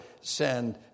send